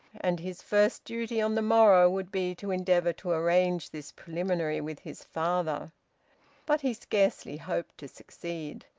and his first duty on the morrow would be to endeavour to arrange this preliminary with his father but he scarcely hoped to succeed.